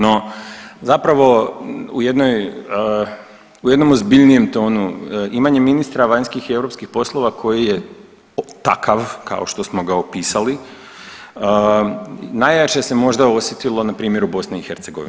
No, zapravo u jednoj, u jednom ozbiljnijem tonu, imanje ministra vanjskih i europskih poslova koji je takav kao što smo ga opisali najjače se možda osjetilo na primjeru BiH.